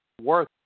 worth